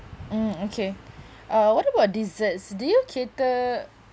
mm okay uh what about desserts do you cater